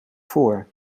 voor